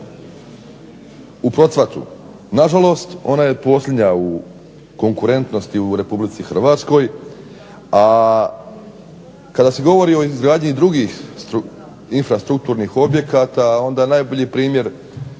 u procvatu, nažalost ona je posljednja u konkurentnosti u RH. A kada se govori o izgradnji drugih infrastrukturnih objekata onda je najbolji primjer,